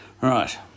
Right